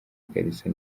ikariso